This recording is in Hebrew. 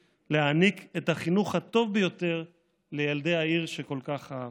להעניק את החינוך הטוב ביותר לילדי העיר שכל כך אהב.